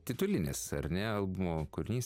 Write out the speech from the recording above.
titulinis ar ne albumo kūrinys